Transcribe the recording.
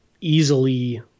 easily